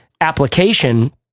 application